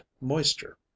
moisture